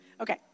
okay